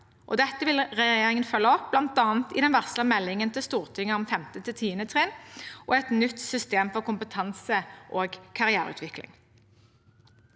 Dette vil regjeringen følge opp, bl.a. i den varslede meldingen til Stortinget om 5.–10. trinn og med et nytt system for kompetanse- og karriereutvikling.